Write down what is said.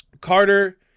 Carter